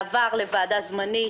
בעבר, לוועדה זמנית,